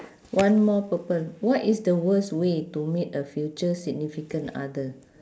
one more purple what is the worst way to meet a future significant other